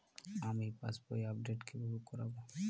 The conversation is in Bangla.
আমি পাসবই আপডেট কিভাবে করাব?